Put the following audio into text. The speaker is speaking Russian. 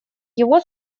его